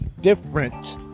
different